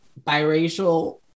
biracial